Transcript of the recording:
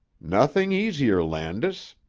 nothing easier, landis.